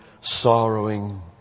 sorrowing